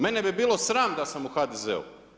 Mene bi bilo sram da sam u HDZ-u.